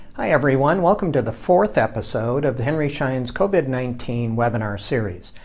hi everyone, welcome to the fourth episode of the henry schein's covid nineteen webinar series.